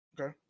Okay